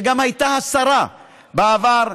שגם הייתה שרה בעבר,